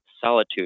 solitude